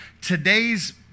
today's